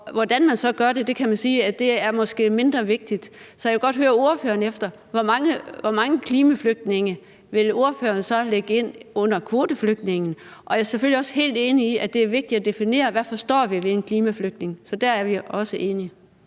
hvordan man så gør det, kan man sige måske er mindre vigtigt. Jeg vil godt høre ordføreren, hvor mange klimaflygtninge ordføreren så vil lægge ind under kvoteflygtninge. Og jeg er selvfølgelig også helt enig i, at det er vigtigt at definere, hvad vi forstår ved en klimaflygtning. Så der er vi også enige.